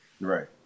Right